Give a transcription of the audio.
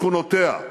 ולשכונותיה.